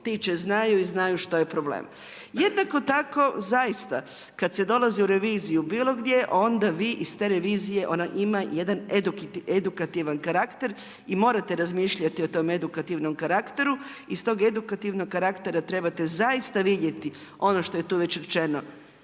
tiče znaju i znaju što je problem. Zaista kada se dolazi u reviziju bilo gdje onda vi iz te revizije ona ima jedan edukativan karakter i morate razmišljati o tom edukativnom karakteru. Iz tog edukativnog karaktere treba zaista vidjeti ono što je tu već rečeno,